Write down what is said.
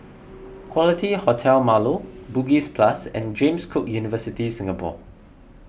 Quality Hotel Marlow Bugis Plus and James Cook University Singapore